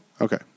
Okay